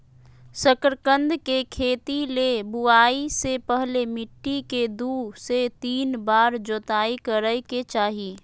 शकरकंद के खेती ले बुआई से पहले मिट्टी के दू से तीन बार जोताई करय के चाही